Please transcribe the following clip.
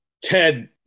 Ted